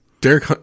Derek